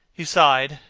he sighed,